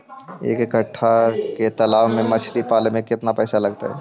एक कट्ठा के तालाब में मछली पाले ल केतना पैसा लगतै?